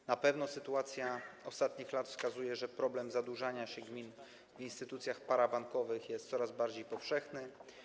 Jednak na pewno sytuacja ostatnich lat wskazuje, że problem zadłużania się gmin w instytucjach parabankowych jest coraz bardziej powszechny.